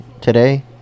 today